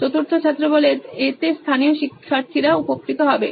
চতুর্থ ছাত্র এতে স্থানীয় শিক্ষার্থীরা উপকৃত হবে